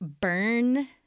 burn